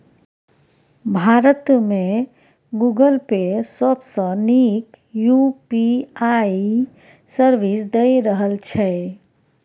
भारत मे Google Pay सबसँ नीक यु.पी.आइ सर्विस दए रहल छै